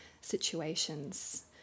situations